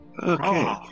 Okay